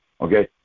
okay